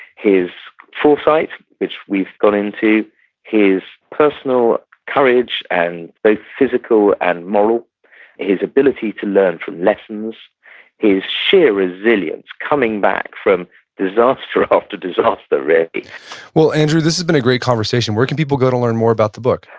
his foresight, which we've gone into his personal courage, and both physical and moral his ability to learn from lessons his sheer resilience coming back from disaster after disaster, really well, andrew, this has been a great conversation. where can people go to learn more about the book?